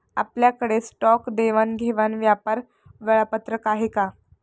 आपल्याकडे स्टॉक देवाणघेवाण व्यापार वेळापत्रक आहे का?